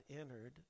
entered